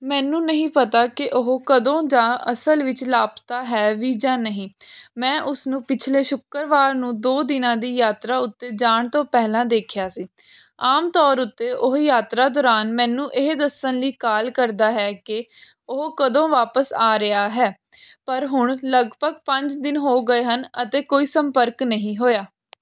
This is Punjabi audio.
ਮੈਨੂੰ ਨਹੀਂ ਪਤਾ ਕਿ ਉਹ ਕਦੋਂ ਜਾਂ ਅਸਲ ਵਿੱਚ ਲਾਪਤਾ ਹੈ ਵੀ ਜਾਂ ਨਹੀਂ ਮੈਂ ਉਸ ਨੂੰ ਪਿਛਲੇ ਸ਼ੁੱਕਰਵਾਰ ਨੂੰ ਦੋ ਦਿਨਾਂ ਦੀ ਯਾਤਰਾ ਉੱਤੇ ਜਾਣ ਤੋਂ ਪਹਿਲਾਂ ਦੇਖਿਆ ਸੀ ਆਮ ਤੌਰ ਉੱਤੇ ਉਹ ਯਾਤਰਾ ਦੌਰਾਨ ਮੈਨੂੰ ਇਹ ਦੱਸਣ ਲਈ ਕਾਲ ਕਰਦਾ ਹੈ ਕਿ ਉਹ ਕਦੋਂ ਵਾਪਸ ਆ ਰਿਹਾ ਹੈ ਪਰ ਹੁਣ ਲਗਭਗ ਪੰਜ ਦਿਨ ਹੋ ਗਏ ਹਨ ਅਤੇ ਕੋਈ ਸੰਪਰਕ ਨਹੀਂ ਹੋਇਆ